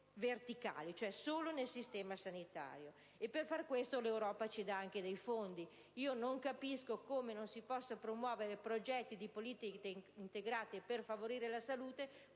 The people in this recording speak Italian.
verticali, cioè solo nel sistema sanitario, e per far questo l'Europa ci concede anche dei fondi. Non capisco come non si possano promuovere progetti di politiche integrate per favorire la salute